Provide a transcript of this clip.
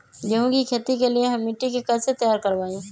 गेंहू की खेती के लिए हम मिट्टी के कैसे तैयार करवाई?